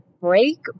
break